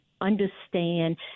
understand